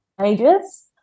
ages